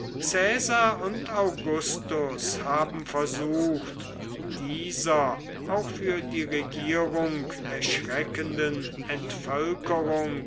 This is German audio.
und augustus haben versucht dieser auch für die regierung erschreckenden